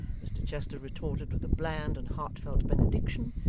mr chester retorted with a bland and heartfelt benediction,